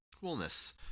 Coolness